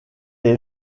est